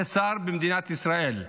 זה שר במדינת ישראל.